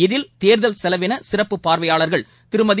இதில் தேர்தல் செலவின சிறப்பு பார்வையாளர்கள் திருமதி